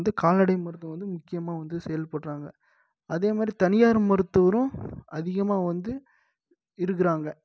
வந்து கால்நடை மருத்துவம் வந்து முக்கியமாக வந்து செயல்படுறாங்க அதே மாதிரி தனியார் மருத்துவரும் அதிகமாக வந்து இருக்குறாங்க